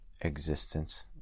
existence